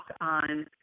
on